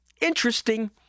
interesting